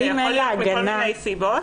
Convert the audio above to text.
יכול להיות שזה מכל מיני סיבות.